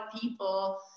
people